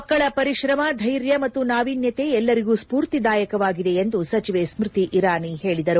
ಮಕ್ಕಳ ಪರಿಶ್ರಮ ಧೈರ್ಯ ಮತ್ತು ನಾವೀನ್ಯತೆ ಎಲ್ಲರಿಗೂ ಸ್ಪೂರ್ತಿದಾಯಕವಾಗಿದೆ ಎಂದು ಸಚಿವೆ ಸ್ಟತಿ ಇರಾನಿ ಹೇಳಿದರು